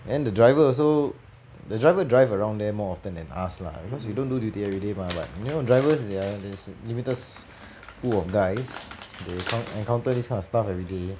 then the driver also the driver drive around there more often than us lah cause we don't do duty everyday mah but you know driver they are there's limited pool of guys they encount~ they encounter this kind of stuff everyday